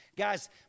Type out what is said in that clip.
Guys